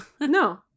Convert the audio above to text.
No